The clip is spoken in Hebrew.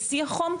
בשיא החום,